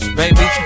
baby